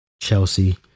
Chelsea